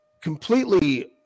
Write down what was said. completely